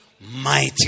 mighty